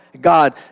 God